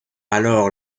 alors